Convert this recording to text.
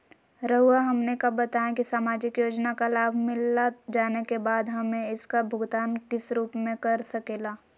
रहुआ हमने का बताएं की समाजिक योजना का लाभ मिलता जाने के बाद हमें इसका भुगतान किस रूप में कर सके ला?